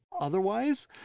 otherwise